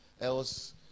Else